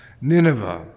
Nineveh